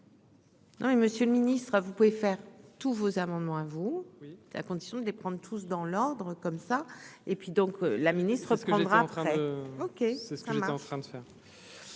534. Oui, Monsieur le Ministre, à vous pouvez faire tous vos amendements à vous, oui, à condition de les prendre tous dans l'ordre comme ça et puis donc la ministre se rendra après OK, c'est ce qui est en train de ça.